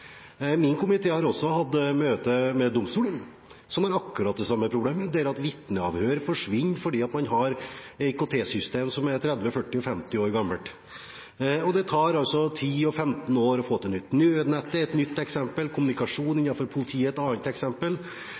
Min komité har også hatt møte med domstolene, som har akkurat det samme problemet – vitneavhør forsvinner fordi man har et IKT-system som er 30, 40, 50 år gammelt, og det tar altså 10 og 15 år å få til nytt. Nødnettet er et nytt eksempel, kommunikasjon innenfor politiet er et annet eksempel.